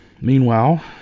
Meanwhile